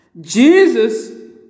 Jesus